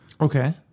Okay